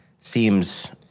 seems